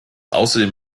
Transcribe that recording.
außerdem